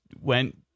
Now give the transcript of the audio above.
went